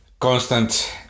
constant